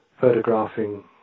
photographing